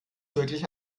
wirklich